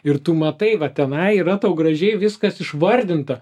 ir tu matai va tenai yra tau gražiai viskas išvardinta